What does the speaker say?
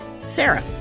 Sarah